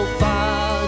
far